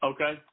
Okay